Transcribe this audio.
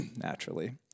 naturally